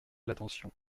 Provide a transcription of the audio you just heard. l’attention